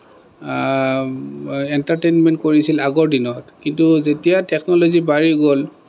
entertainment কৰিছিল আগৰ দিনত কিন্তু যেতিয়া টেকন'লজি বাঢ়ি গ'ল